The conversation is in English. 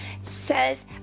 says